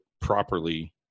properly